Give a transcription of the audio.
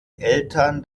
eltern